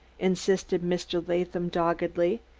insisted mr. latham doggedly.